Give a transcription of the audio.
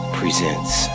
presents